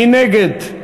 מי נגד?